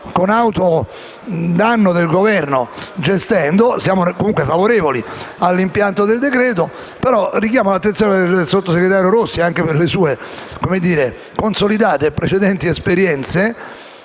con auto-danno del Governo, siamo comunque favorevoli all'impianto del decreto). Vorrei richiamare l'attenzione del sottosegretario Rossi, anche per le sue consolidate precedenti esperienze,